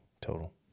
total